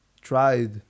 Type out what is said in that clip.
tried